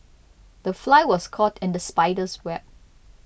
the fly was caught in the spider's web